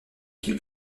qu’il